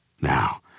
Now